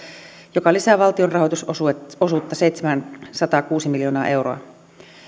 mikä lisää valtion rahoitusosuutta seitsemänsataakuusi miljoonaa euroa